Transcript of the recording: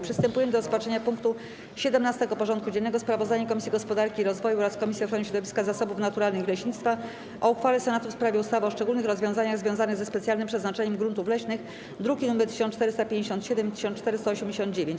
Przystępujemy do rozpatrzenia punktu 17. porządku dziennego: Sprawozdanie Komisji Gospodarki i Rozwoju oraz Komisji Ochrony Środowiska, Zasobów Naturalnych i Leśnictwa o uchwale Senatu w sprawie ustawy o szczególnych rozwiązaniach związanych ze specjalnym przeznaczeniem gruntów leśnych (druki nr 1457 i 1489)